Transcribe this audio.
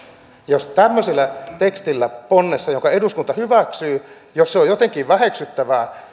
jos tämmöinen teksti ponnessa jonka eduskunta hyväksyy on jotenkin väheksyttävä